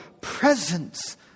presence